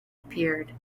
appeared